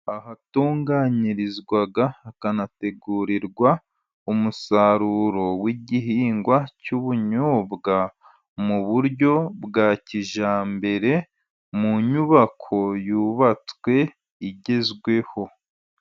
Ahatunganyirizwa hakanategurirwa umusaruro w'igihingwa cy'ubunyobwa, mu buryo bwa kijyambere mu nyubako yubatswe igezweho.